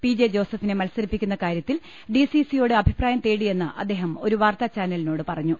P J ജോസഫിനെ മത്സ രിപ്പിക്കുന്ന കാര്യത്തിൽ ഡി സി സിയോട് അഭിപ്രായം തേടി യെന്ന് അദ്ദേഹം ഒരു വാർത്താ ചാനലിനോട് പറഞ്ഞു